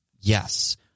yes